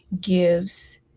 gives